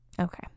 Okay